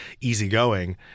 easygoing